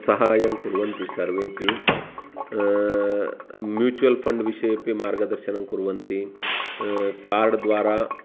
सहाय्यं कुर्वन्ति सर्वेपि म्यूचुवल् फ़ण्ड् विषयेपि मार्गदर्शनं कुर्वन्ति कार्ड्द्वारा